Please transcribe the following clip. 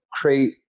create